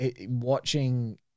watching